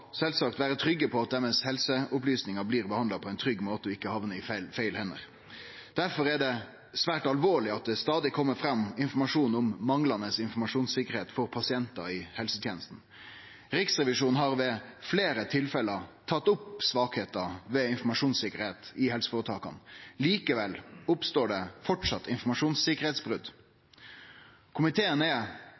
sjølvsagt vere trygge på at helseopplysningane deira blir behandla på ein trygg måte, og ikkje hamnar i feil hender. Difor er det svært alvorleg at det stadig kjem fram informasjon om manglande informasjonssikkerheit for pasientar i helsetenestene. Riksrevisjonen har ved fleire tilfelle tatt opp svakheiter ved informasjonssikkerheita i helseføretaka. Likevel oppstår det framleis brot på informasjonssikkerheita. Komiteen er